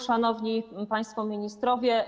Szanowni Państwo Ministrowie!